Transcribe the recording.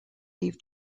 leave